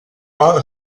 its